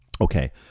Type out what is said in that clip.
okay